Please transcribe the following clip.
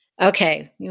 Okay